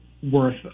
worth